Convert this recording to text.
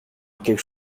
quelque